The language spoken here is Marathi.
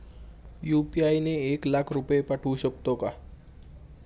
यु.पी.आय ने एक लाख रुपये पाठवू शकतो का?